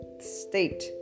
state